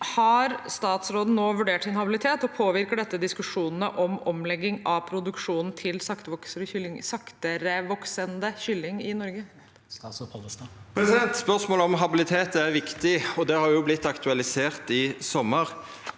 Har statsråden nå vurdert sin habilitet, og påvirker dette diskusjonene om omlegging av produksjonen til saktere voksende kylling i Norge? Statsråd Geir Pollestad Spørsmålet om habilitet er viktig, og det har blitt aktualisert i sommar.